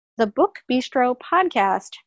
thebookbistropodcast